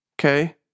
Okay